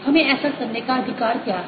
हमें ऐसा करने का अधिकार क्या है